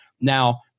Now